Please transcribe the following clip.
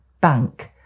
bank